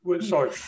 Sorry